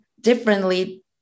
differently